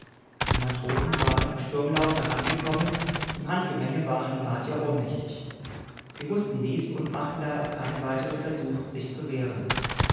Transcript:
die matrosen waren im sturmlauf herangekommen im handgemenge waren die martier ohnmächtig sie wußten dies und machten daher auch keinen weiteren versuch sich zu wehren